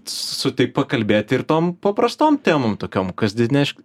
sutik pakalbėti ir tom paprastom temom tokiom kasdieniš